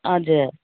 हजुर